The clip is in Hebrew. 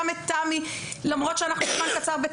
גם את תמי, למרות שאנחנו בקשר זמן קצר.